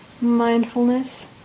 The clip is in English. mindfulness